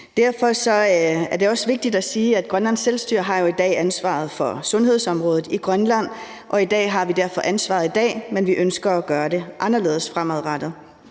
Derfor er det også vigtigt at sige, at Grønlands selvstyre jo i dag har ansvaret for sundhedsområdet i Grønland – vi har ansvaret i dag, men vi ønsker at gøre det anderledes fremadrettet.